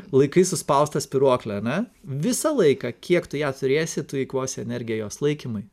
laikai suspaustą spyruoklę ane visą laiką kiek tu ją turėsi tu eikvosi energiją jos laikymui